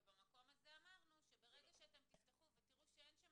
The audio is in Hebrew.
ובמקום הזה אמרנו שברגע שאתם תפתחו ואתם תראו שאין שם